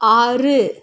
ஆறு